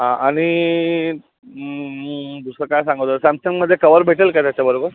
आं आणि दुसरं काय सांगत होतो सॅमसंगमध्ये कवर भेटेल काय त्याच्याबरोबर